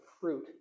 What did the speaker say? fruit